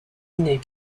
inné